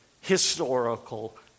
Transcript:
historical